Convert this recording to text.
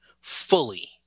fully